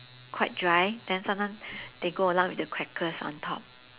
quite dry then sometime they go along with the crackers on top